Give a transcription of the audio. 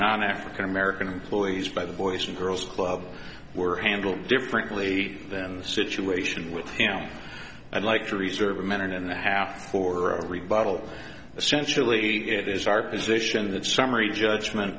non african american employees by the boys and girls club were handled differently than the situation with him i'd like to reserve a minute and a half for a rebuttal essentially it is our position that summary judgment